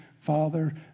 father